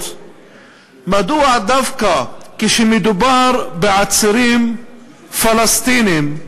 לכך שדווקא כשמדובר בעצירים פלסטינים,